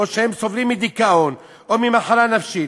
או שהם סובלים מדיכאון או ממחלה נפשית,